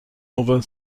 other